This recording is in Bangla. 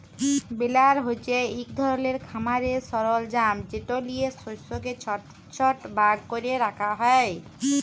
বেলার হছে ইক ধরলের খামারের সরলজাম যেট লিঁয়ে শস্যকে ছট ছট ভাগ ক্যরে রাখা হ্যয়